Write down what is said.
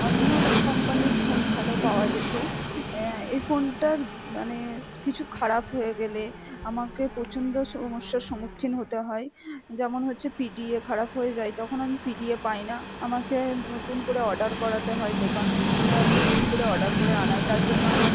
অন্যর কম্পানির ফোন ভালো পাওয়া যেতো এই ফোনটার মানে কিছু খারাপ হয়ে গেলে আমাকে প্রচণ্ড সমস্যার সমুক্ষীন হতে হয় যেমন হচ্ছে পিডিএ খারাপ হয়ে যায় তখন আমি পিডিএ পাই না আমাকে নতুন করে অর্ডার করাতে হয় দোকানরা নতুন করে অর্ডার করে আনায় তার জন্য আমার